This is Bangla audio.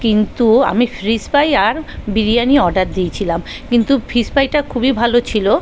কিন্তু আমি ফ্রিশফ্রাই আর বিরিয়ানি অর্ডার দিয়েছিলাম কিন্তু ফিশফ্রাইটা খুবই ভালো ছিল